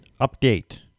Update